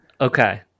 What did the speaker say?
Okay